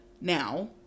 Now